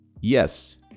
yes